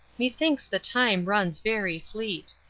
methinks the time runs very fleet.